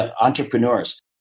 entrepreneurs